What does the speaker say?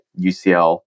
UCL